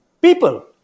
people